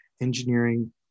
engineering